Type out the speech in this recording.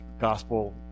Gospel